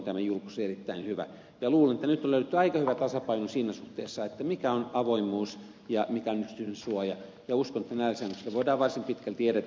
ja luulen että nyt on löydetty aika hyvä tasapaino siinä suhteessa mikä on avoimuus ja mikä on yksityisyyden suoja ja uskon että näillä säännöksillä voidaan varsin pitkälti edetä